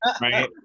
right